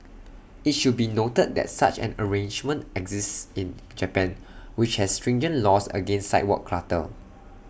IT should be noted that such an arrangement exists in Japan which has stringent laws against sidewalk clutter